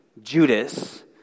Judas